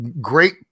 great